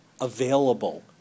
available